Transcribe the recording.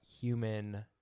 human